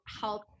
help